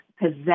possess